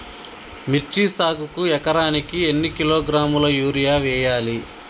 మిర్చి సాగుకు ఎకరానికి ఎన్ని కిలోగ్రాముల యూరియా వేయాలి?